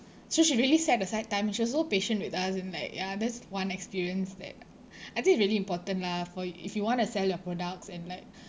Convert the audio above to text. so she really set aside time and she was so patient with us and like ya that's one experience that I think it really important lah for y~ if you want to sell your products and like